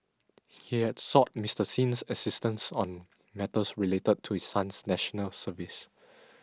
he had sought Mister Sin's assistance on matters related to his son's National Service